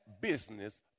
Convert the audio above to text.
business